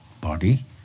Body